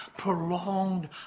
prolonged